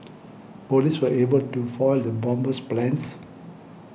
police were able to foil the bomber's plans